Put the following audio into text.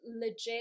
legit